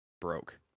broke